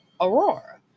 Aurora